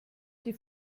die